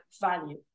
value